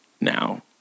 now